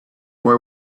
boy